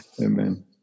amen